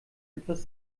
etwas